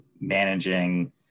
managing